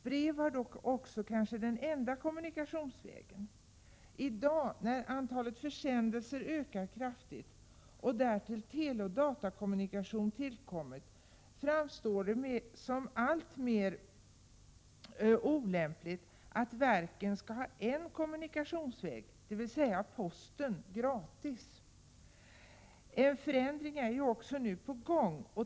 Brev var då också kanske den enda kommunikationsvägen. I dag, när antalet försändelser ökar kraftigt och teleoch datakommunikation tillkommit, framstår det som alltmer olämpligt att verken skall ha en kommunikationsväg, nämligen posten, ”gratis”. En förändring är nu också på gång.